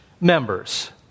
members